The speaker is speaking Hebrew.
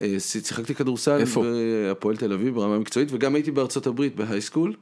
שיחקתי כדורסל. איפה? בהפועל תל אביב ברמה המקצועית וגם הייתי בארצות הברית בהייסקול.